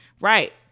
Right